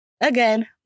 Again